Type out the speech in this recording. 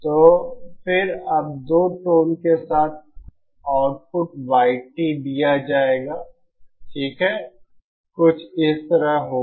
तो फिर अब दो टोन के साथ आउटपुट y दिया जाएगा ठीक है कुछ इस तरह होगा